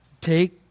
take